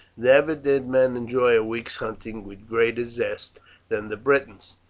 never did men enjoy a week's hunting with greater zest than the britons.